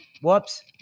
whoops